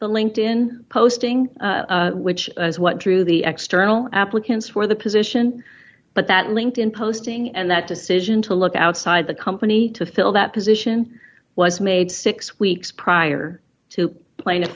the linked in posting which is what drew the external applicants for the position but that linked in posting and that decision to look outside the company to fill that position was made six weeks prior to pla